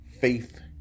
faith